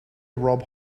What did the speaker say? rob